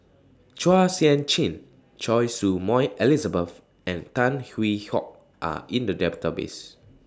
Chua Sian Chin Choy Su Moi Elizabeth and Tan Hwee Hock Are in The Database